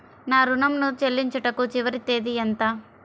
నా ఋణం ను చెల్లించుటకు చివరి తేదీ ఎంత?